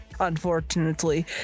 unfortunately